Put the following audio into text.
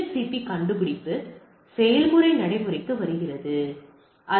B கண்டுபிடிப்பு செயல்முறை நடைமுறைக்கு வருகிறது அது டி